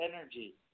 energy